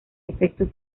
efectos